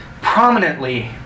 prominently